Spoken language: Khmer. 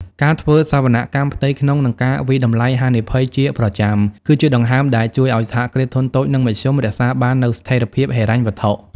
ការធ្វើសវនកម្មផ្ទៃក្នុង និងការវាយតម្លៃហានិភ័យជាប្រចាំ គឺជាដង្ហើមដែលជួយឱ្យ សហគ្រាសធុនតូច និងមធ្យម រក្សាបាននូវស្ថិរភាពហិរញ្ញវត្ថុ។